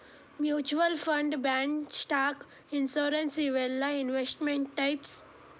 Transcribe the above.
mutual funds bonds stock insurance ಇವೆಲ್ಲಾ investment types